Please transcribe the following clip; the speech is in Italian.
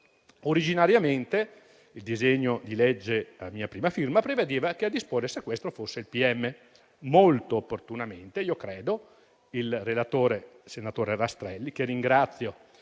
Originariamente, il disegno di legge a mia prima firma prevedeva che a disporre se questo fosse il pubblico ministero. Molto opportunamente - io credo - il relatore, senatore Rastrelli, che ringrazio